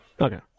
Okay